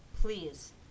please